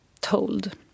told